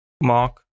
mark